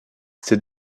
ces